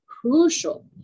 crucial